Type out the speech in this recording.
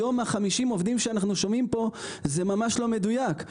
היום 50 העובדים שאנחנו שומעים פה זה ממש לא מדויק.